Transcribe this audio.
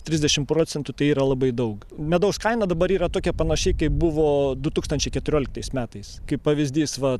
trisdešim procentų tai yra labai daug medaus kaina dabar yra tokia panašiai kaip buvo du tūkstančiai keturioliktais metais kaip pavyzdys va